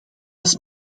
als